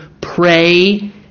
pray